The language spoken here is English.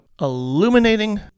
illuminating